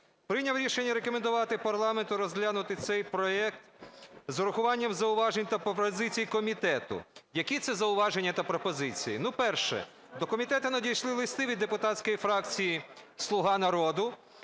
прийняв рішення рекомендувати парламенту розглянути цей проект з урахуванням зауважень та пропозицій комітету. Які це зауваження та пропозиції? Перше. До комітету надійшли листи від депутатської фракції "Слуга народу",